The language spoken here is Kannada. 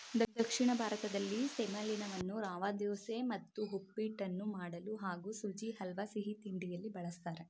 ದಕ್ಷಿಣ ಭಾರತದಲ್ಲಿ ಸೆಮಲೀನವನ್ನು ರವೆದೋಸೆ ಮತ್ತು ಉಪ್ಪಿಟ್ಟನ್ನು ಮಾಡಲು ಹಾಗೂ ಸುಜಿ ಹಲ್ವಾ ಸಿಹಿತಿಂಡಿಯಲ್ಲಿ ಬಳಸ್ತಾರೆ